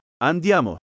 Andiamo